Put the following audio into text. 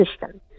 system